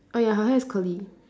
oh ya her hair is curly